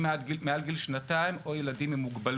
מעל גיל שנתיים או ילדים עם מוגבלות.